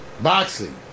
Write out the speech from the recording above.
Boxing